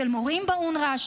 של מורים באונר"א,